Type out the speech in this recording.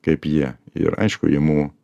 kaip jie ir aišku imu